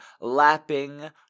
lapping